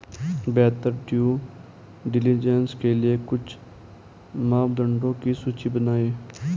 बेहतर due diligence के लिए कुछ मापदंडों की सूची बनाएं?